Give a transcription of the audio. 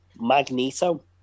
Magneto